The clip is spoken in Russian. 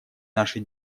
нашей